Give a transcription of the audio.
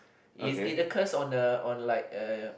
it it occurs on the on like uh